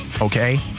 Okay